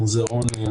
המוזיאונים,